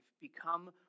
Become